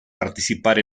participar